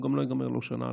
הוא גם לא ייגמר לא בעוד שנה,